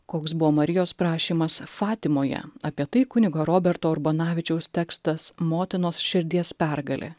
koks buvo marijos prašymas fatimoje apie tai kunigo roberto urbonavičiaus tekstas motinos širdies pergalė